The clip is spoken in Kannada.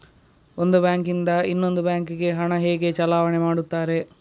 ಒಂದು ಬ್ಯಾಂಕ್ ನಿಂದ ಇನ್ನೊಂದು ಬ್ಯಾಂಕ್ ಗೆ ಹಣ ಹೇಗೆ ಚಲಾವಣೆ ಮಾಡುತ್ತಾರೆ?